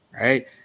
Right